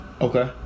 Okay